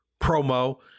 promo